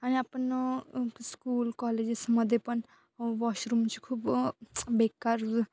आणि आपण स्कूल कॉलेजेसमध्ये पण वॉशरूमची खूप बेकार